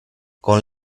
con